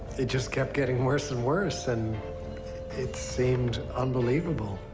it just kept getting worse and worse and it seemed unbelievable.